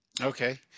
okay